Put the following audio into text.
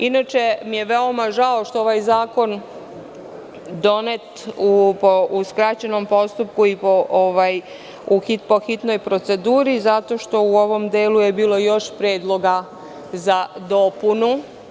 Inače mi je veoma žao što je ovaj zakon donet u skraćenom postupku i po hitnoj proceduri zato što je u ovom delu bilo još predloga za dopunu.